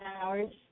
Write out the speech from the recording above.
hours